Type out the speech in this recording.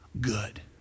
Good